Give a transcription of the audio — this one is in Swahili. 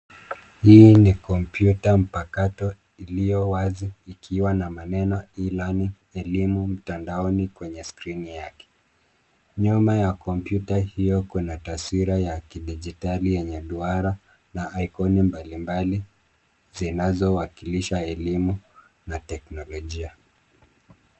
Hii ni kompyuta mpakato iliyo wazi ikiwa na maneno e-learning , elimu mtandaoni kwenye skrini yake. Nyuma ya kompyuta hiyo kuna taswira ya kidijitali yenye duara na aikoni mbalimbali zinazowakilisha elimu na teknolojia.